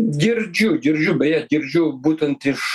girdžiu girdžiu beje girdžiu būtent iš